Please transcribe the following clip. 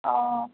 অঁ